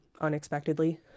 unexpectedly